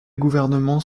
gouvernements